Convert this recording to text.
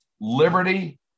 liberty